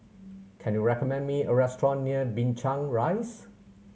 can you recommend me a restaurant near Binchang Rise